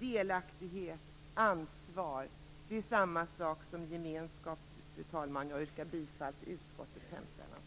delaktighet och ansvar - det är detsamma som gemenskap, fru talman. Jag yrkar bifall till utskottets hemställan.